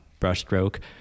brushstroke